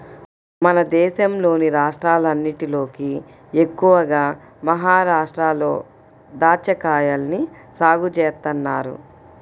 మన దేశంలోని రాష్ట్రాలన్నటిలోకి ఎక్కువగా మహరాష్ట్రలో దాచ్చాకాయల్ని సాగు చేత్తన్నారు